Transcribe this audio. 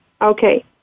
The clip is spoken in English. Okay